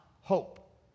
hope